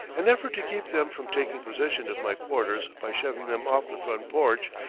an effort to keep them from taking possession of my quarters by shoving them off the front porch,